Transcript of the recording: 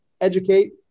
educate